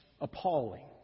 appalling